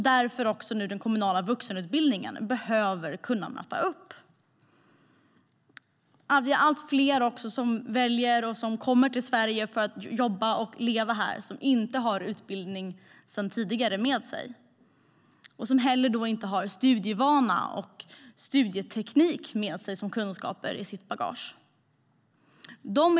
Därför behöver den kommunala vuxenutbildningen möta upp i det sammanhanget. Det är också allt fler som kommer till Sverige för att jobba och leva här och som inte har någon utbildning sedan tidigare och som inte heller har någon studievana eller studieteknik med sig i bagaget.